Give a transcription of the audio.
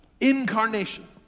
Incarnation